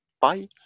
Bye